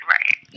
Right